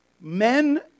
Men